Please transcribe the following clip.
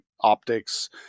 optics